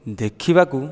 ଦେଖିବାକୁ